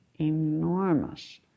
enormous